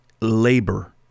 labor